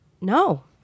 no